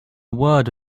word